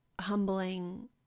humbling